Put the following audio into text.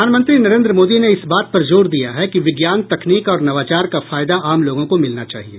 प्रधानमंत्री नरेन्द्र मोदी ने इस बात पर जोर दिया है कि विज्ञान तकनीक और नवाचार का फायदा आम लोगों को मिलना चाहिए